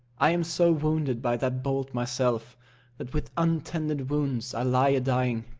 i am so wounded by that bolt myself that with untended wounds i lie a-dying,